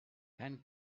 can